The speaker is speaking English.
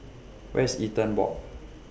Where IS Eaton Walk